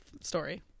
story